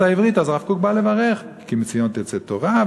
העברית הרב קוק בא לברך: "כי מציון תצא תורה",